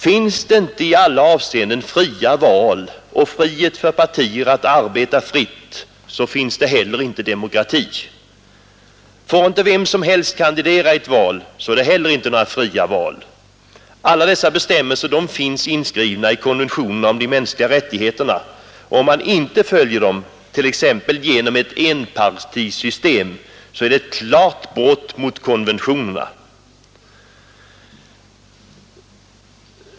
Finns det inte i alla avseenden fria val och möjlighet för partier att arbeta fritt, så finns det heller inte demokrati. Får inte vem som helst kandidera i ett val, så är det heller inte fria val. Alla dessa bestämmelser finns inskrivna i konventionerna om de mänskliga rättigheterna, och om man inte följer dem — t.ex. genom ett enpartisystem — så är det ett klart brott mot konventionerna.